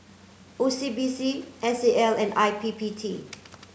O C B C S A L and I P P T